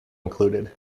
included